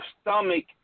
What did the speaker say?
stomach